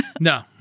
No